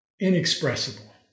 inexpressible